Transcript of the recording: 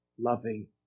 loving